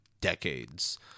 decades